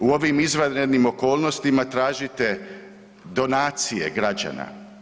U ovim izvanrednim okolnostima tražite donacije građana.